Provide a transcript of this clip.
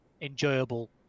enjoyable